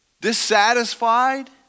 dissatisfied